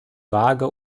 vage